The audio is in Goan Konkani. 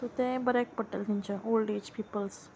सो तें बऱ्याक पडटलें थंयचें ओल्ड एज पिपल्स